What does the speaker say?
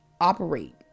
operate